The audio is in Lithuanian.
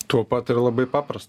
tuo pat ir labai papras